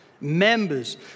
members